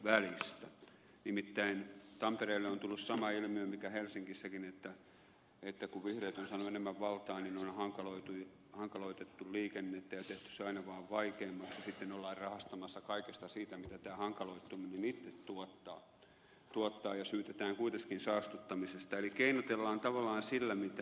nimittäin tampereelle on tullut sama ilmiö mikä helsingissäkin että kun vihreät ovat saaneet enemmän valtaa niin on hankaloitettu liikennettä ja tehty se aina vaan vaikeammaksi ja sitten ollaan rahastamassa kaikesta siitä mitä tämä hankaloituminen itse tuottaa ja syytetään kuitenkin saastuttamisesta eli keinotellaan tavallaan sillä mitä itse aiheutetaan